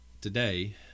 today